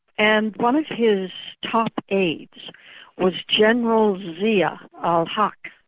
and one of his top aides was general zia al haq.